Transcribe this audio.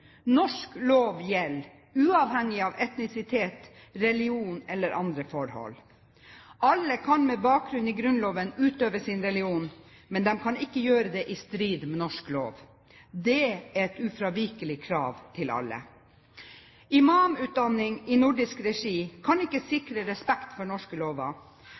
Norsk lov gjelder, uavhengig av etnisitet, religion eller andre forhold. Alle kan med bakgrunn i Grunnloven utøve sin religion, men de kan ikke gjøre det i strid med norsk lov. Det er et ufravikelig krav til alle. Imamutdanning i nordisk regi kan ikke sikre respekt for norske